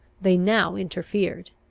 they now interfered,